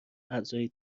اعضای